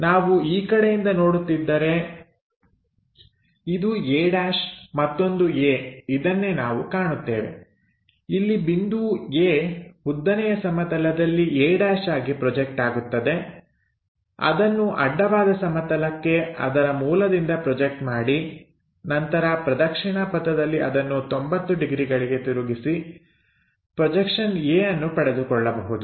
ನಾವು ಈ ಕಡೆಯಿಂದ ನೋಡುತ್ತಿದ್ದರೆ ಇದು a' ಮತ್ತೊಂದು a ಇದನ್ನೇ ನಾವು ಕಾಣುತ್ತೇವೆ ಇಲ್ಲಿ ಬಿಂದು A ಉದ್ದನೆಯ ಸಮತಲದಲ್ಲಿ a' ಆಗಿ ಪ್ರೊಜೆಕ್ಟ್ ಆಗುತ್ತದೆ ಅದನ್ನು ಅಡ್ಡವಾದ ಸಮತಲಕ್ಕೆ ಅದರ ಮೂಲದಿಂದ ಪ್ರೊಜೆಕ್ಟ್ ಮಾಡಿ ನಂತರ ಪ್ರದಕ್ಷಿಣಾ ಪಥದಲ್ಲಿ ಅದನ್ನು 90 ಡಿಗ್ರಿಗಳಿಗೆ ತಿರುಗಿಸಿ ಪ್ರೊಜೆಕ್ಷನ್ a ಅನ್ನು ಪಡೆದುಕೊಳ್ಳಬಹುದು